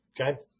Okay